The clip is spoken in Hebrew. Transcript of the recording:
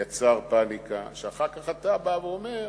יצר פניקה, שאחר כך אתה בא ואומר,